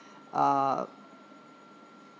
uh